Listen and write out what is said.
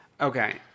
Okay